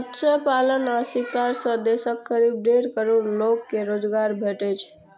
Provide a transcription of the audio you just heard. मत्स्य पालन आ शिकार सं देशक करीब डेढ़ करोड़ लोग कें रोजगार भेटै छै